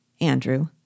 Andrew